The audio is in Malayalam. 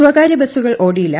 സ്വകാര്യ ബസ്റ്റുകൾ ഓടിയില്ല